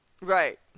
Right